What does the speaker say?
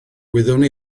wyddwn